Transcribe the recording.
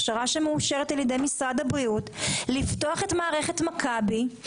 הכשרה שמאושרת על-ידי משרד הבריאות לפתוח את מערכת "מכבי",